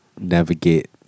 navigate